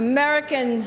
American